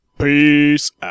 Peace